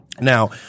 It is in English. Now